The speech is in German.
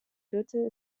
führte